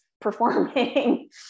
performing